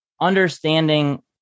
understanding